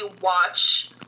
watch